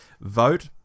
vote